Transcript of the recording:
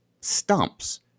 stumps